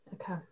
Okay